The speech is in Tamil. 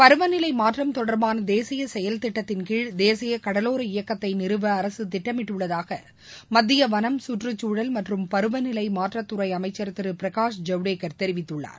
பருவநிலை மாற்றம் தொடர்பான தேசிய செயல் திட்டத்தின்கீழ் தேசிய கடலோர இயக்கத்தை நிறுவ அரசு திட்டமிட்டுள்ளதாக மத்திய வனம் சற்றுச்சூழல் மற்றும் பருவநிலை மாற்றத்துறை அமைச்சர் திரு பிரகாஷ் ஜவடேகர் தெரிவித்துள்ளார்